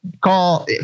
call